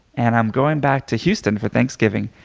and i'm going back to houston for thanksgiving,